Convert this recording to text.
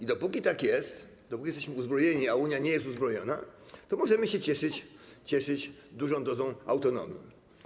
I dopóki tak jest, dopóki jesteśmy uzbrojeni, a Unia nie jest uzbrojona, to możemy się cieszyć dużą dozą autonomii.